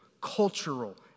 cultural